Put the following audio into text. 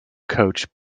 coach